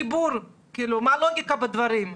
חיבור, כאילו מה הלוגיקה בדברים.